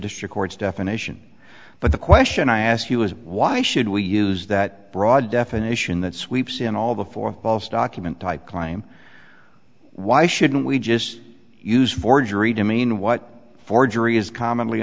district court's definition but the question i ask you is why should we use that broad definition that sweeps in all the four false document type clime why shouldn't we just use forgery to mean what forgery is commonly